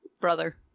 brother